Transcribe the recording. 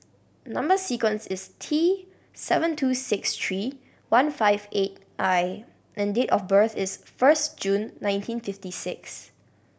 number sequence is T seven two six three one five eight I and date of birth is first June nineteen fifty six